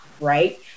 right